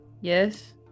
Yes